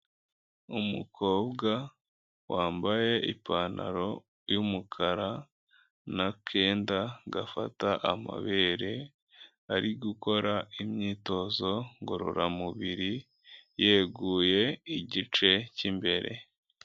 Umukobwa wambaye ipantaro y'umukara n'akenda gafata amabere ari gukora imyitozo ngororamubiri yeguye igice cy'imbere.